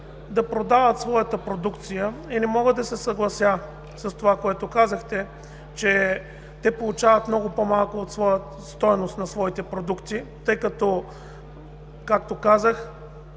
да продават своята продукция покрай пътищата? Не мога да се съглася с това, което казахте, че те получават много по-малка стойност за своите продукти, тъй като, както казах,